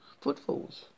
Footfalls